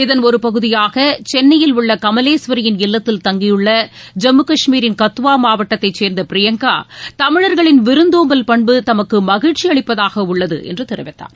இதன் ஒரு பகுதியாக சென்னையில் உள்ள கமலேஸ்வரியின் இல்லத்தில் தங்கியுள்ள ஜம்மு காஷ்மீரின் கத்துவா மாவட்டத்தைச் சேர்ந்த பிரியங்கா தமிழர்களின் விருந்தோம்பல் பண்பு தமக்கு மகிழ்ச்சி அளிப்பதாக உள்ளது என்று தெரிவித்தார்